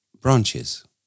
branches